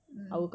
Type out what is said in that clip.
mm